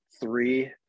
three